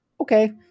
Okay